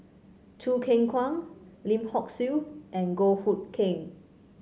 Choo Keng Kwang Lim Hock Siew and Goh Hood Keng